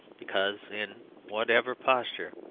because, in whatever posture,